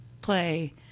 play